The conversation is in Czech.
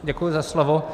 Děkuji za slovo.